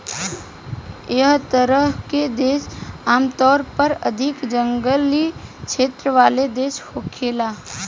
एह तरह के देश आमतौर पर अधिक जंगली क्षेत्र वाला देश होखेला